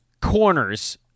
corners